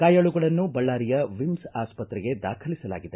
ಗಾಯಾಳುಗಳನ್ನು ಬಳ್ಳಾರಿ ವಿಮ್ಸ್ ಆಸ್ಪತ್ರೆಗೆ ದಾಖಲಿಸಲಾಗಿದೆ